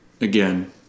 again